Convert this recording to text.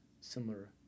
similar